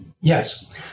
Yes